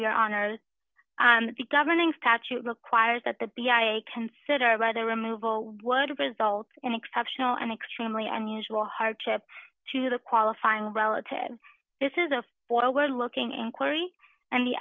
your honor the governing statute requires that the be i consider rather removal would result in exceptional and extremely unusual hardship to the qualifying relatives this is a forward looking inquiry and the